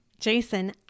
Jason